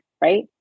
right